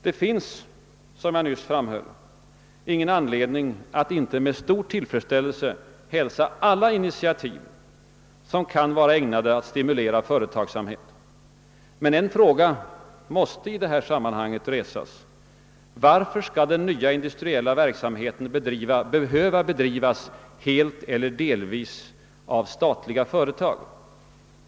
Det finns, som jag nyss framhöll, ingen anledning att inte med stor tillfredsställelse hälsa alla initiativ som kan vara ägnade att stimulera företagsamhet, men en fråga måste resas i detta sammanhang: Varför skall den nya industriella verksamheten behöva bedrivas helt eller delvis av statliga företag?